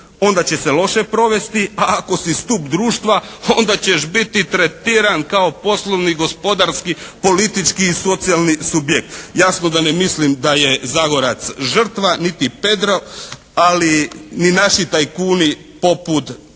onda će se loše provesti, a ako si stup društva onda ćeš biti tretiran kao poslovni gospodarski politički i socijalni subjekt. Jasno da ne mislim da je Zagorac žrtva, ni pedro ali ni naši tajkuni poput nekih